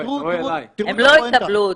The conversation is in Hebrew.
הם לא יקבלו אותי.